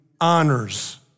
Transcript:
honors